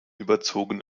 überzogen